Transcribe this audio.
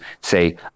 say